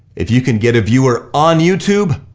if you can get a viewer on youtube,